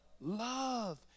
love